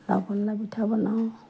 পিঠা বনাওঁ